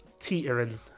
teetering